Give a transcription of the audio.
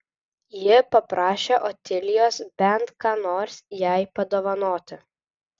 ji paprašė otilijos bent ką nors jai padovanoti